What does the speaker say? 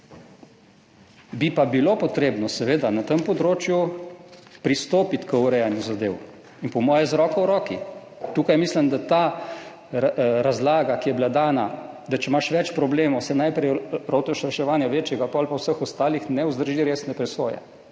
Bi pa bilo potrebno seveda na tem področju pristopiti k urejanju zadev, in po mojem z roko v roki. Tukaj mislim, da ta razlaga, ki je bila dana, da če imaš več problemov, se najprej lotiš reševanja večjega, potem pa vseh ostalih, ne vzdrži resne presoje.